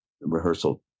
rehearsal